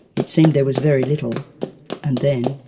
it seemed there was very little and then,